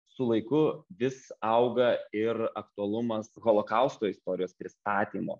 su laiku vis auga ir aktualumas holokausto istorijos pristatymo